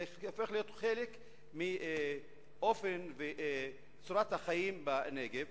זה הופך להיות חלק מאופן וצורת החיים בנגב.